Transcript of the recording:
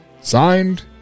Signed